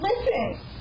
Listen